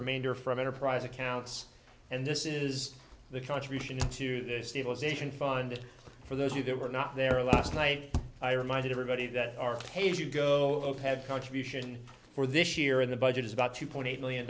remainder from enterprise accounts and this is the contribution to the stabilization fund for those you that were not there last night i reminded everybody that are paid to go ahead contribution for this year in the budget is about two point eight million